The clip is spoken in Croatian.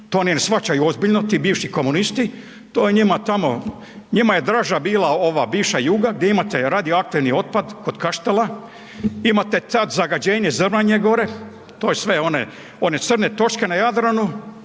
To ne shvaćaju ozbiljni ti bivši komunisti, njima je bila draža bivša juga gdje imate radioaktivni otpad kod Kaštela, imate sada zagađenje Zrmanje gore. To su sve one crne točke na Jadranu,